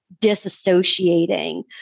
disassociating